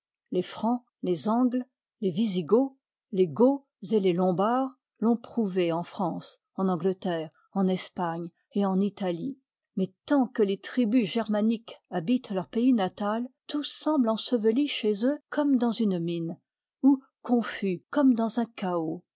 les francs les angles les visigoths les goths et les lombards l'ont prouvé en france en angleterre en espagne et en italie mais tant que les tribus germaniques habitent leur pays natal tout semble enseveli chez eux comme dans une mine ou confus comme dans un chaos